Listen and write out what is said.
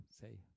say